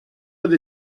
with